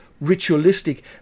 ritualistic